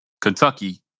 Kentucky